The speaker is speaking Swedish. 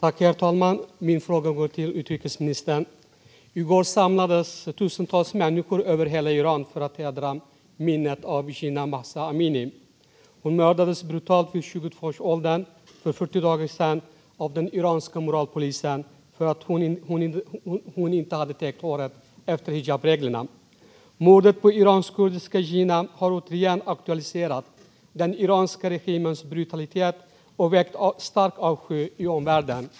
Herr talman! Min fråga går till utrikesministern. I går samlades tusentals människor över hela Iran för att hedra minnet av Jina Mahsa Amini. Hon mördades brutalt vid 22 års ålder för 40 dagar sedan av den iranska moralpolisen för att hon inte hade täckt håret enligt hijabreglerna. Mordet på iranskkurdiska Jina har återigen aktualiserat den iranska regimens brutalitet och väckt stark avsky i omvärlden.